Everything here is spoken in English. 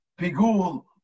pigul